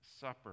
supper